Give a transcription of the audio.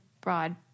broad